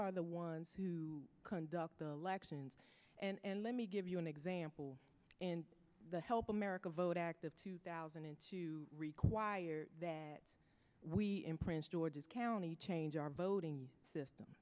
are the ones who conduct elections and let me give you an example in the help america vote act of two thousand and two requires that we in prince george's county change our voting system